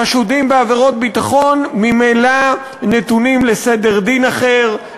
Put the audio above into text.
חשודים בעבירות ביטחון ממילא נתונים לסדר דין אחר,